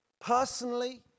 personally